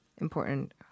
Important